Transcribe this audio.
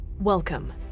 Welcome